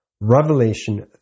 Revelation